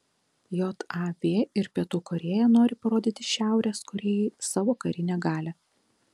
jav ir pietų korėja nori parodyti šiaurės korėjai savo karinę galią